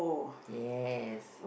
ya